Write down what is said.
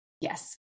yes